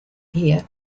here